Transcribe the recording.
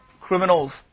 criminals